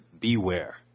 beware